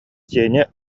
сеня